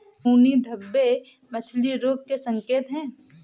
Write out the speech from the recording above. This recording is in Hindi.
खूनी धब्बे मछली रोग के संकेत हैं